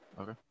Okay